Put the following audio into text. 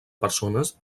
persones